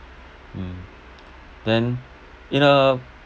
hmm then in a